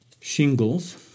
shingles